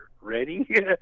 ready